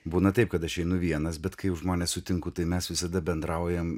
būna taip kad aš einu vienas bet kai žmones sutinku tai mes visada bendraujam